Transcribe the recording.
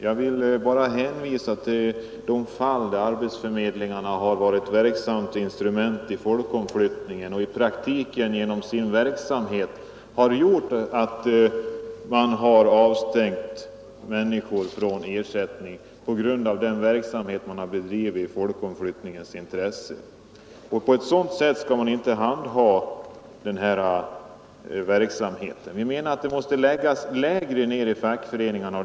Jag hänvisar till de fall där arbetsförmedlingarna har varit ett verksamt instrument i folkomflyttningen och genom sin verksamhet i det avseendet gjort att människor avstängts från ersättning. På ett sådant sätt skall inte denna verksamhet handhas. Vi anser att den måste läggas längre ner i fackföreningarna.